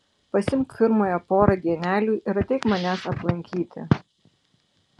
pasiimk firmoje porą dienelių ir ateik manęs aplankyti